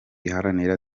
iharanira